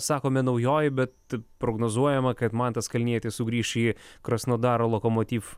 sakome naujoji bet prognozuojama kad mantas kalnietis sugrįš į krasnodaro lokomotiv